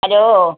hello